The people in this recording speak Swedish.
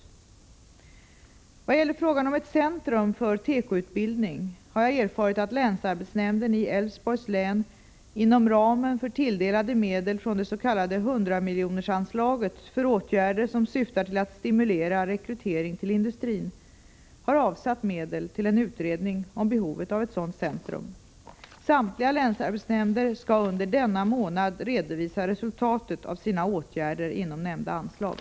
117 Vad gäller frågan om ett centrum för tekoutbildning har jag erfarit att länsarbetsnämnden i Älvsborgs län, inom ramen för tilldelade medel från det s.k. 100-miljonersanslaget för åtgärder som syftar till att stimulera rekrytering till industrin, har avsatt medel till en utredning om behovet av ett sådant centrum. Samtliga länsarbetsnämnder skall denna månad redovisa resultaten av sina åtgärder inom nämnda anslag.